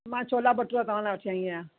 मां छोला भटूरा तव्हां लाइ वठी आईं आहियां